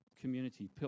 community